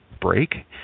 break